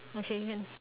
okay can